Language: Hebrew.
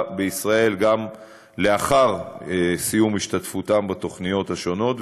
בישראל גם לאחר סיום השתתפותם בתוכניות השונות,